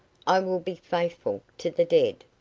i will be faithful to the dead.